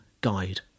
guide